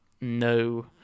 no